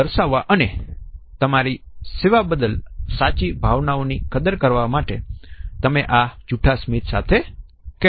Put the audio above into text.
haptic એ લોકોના સ્પર્શથી થતી વાતચીતનો ઝીણવટથી અભ્યાસ કરે છે અને આ સ્પર્શ આપણા ભાવ અને લાગણીને કેવી રીતે વ્યક્ત કરે છે અને તે સામાજિક દ્રષ્ટિએ યોગ્ય છે કે નહિ